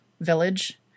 village